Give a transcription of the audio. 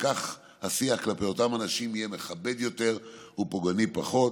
וכך השיח כלפי אותם אנשים יהיה מכבד יותר ופוגעני פחות".